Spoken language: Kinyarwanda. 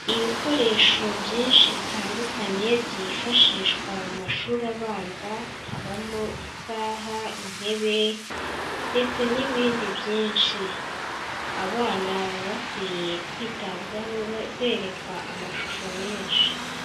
Ibikoresho byinshi bitandukanye byifashishwa mu mashuri abanza habamo; isaha, intebe, ndetse n'ibindi byinshi. Abana baba bakwiye kwitabwaho berekwa amashusho menshi.